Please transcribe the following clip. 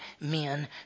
men